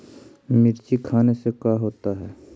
मिर्ची खाने से का होता है?